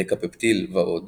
דקפפטיל ועוד